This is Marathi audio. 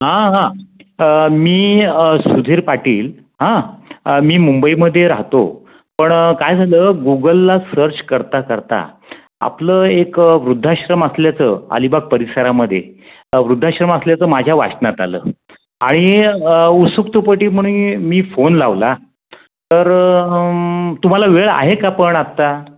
हां हां मी सुधीर पाटील हां मी मुंबईमध्ये राहतो पण काय झालं गुगलला सर्च करता करता आपलं एक वृद्धाश्रम असल्याचं अलिबाग परिसरामध्ये वृद्धाश्रम असल्याचं माझ्या वाचनात आलं आणि उत्सुकतेपोटी म्हणून मी फोन लावला तर तुम्हाला वेळ आहे का पण आत्ता